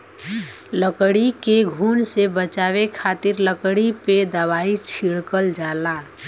लकड़ी के घुन से बचावे खातिर लकड़ी पे दवाई छिड़कल जाला